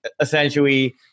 essentially